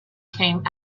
came